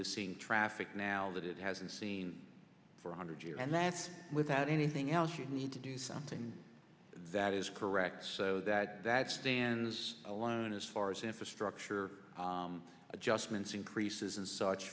is seeing traffic now that it hasn't seen for one hundred years and that's without anything else you need to do something that is correct so that that stands alone as far as infrastructure adjustments increases and such